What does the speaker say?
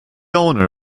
owner